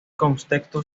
contexto